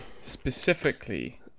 specifically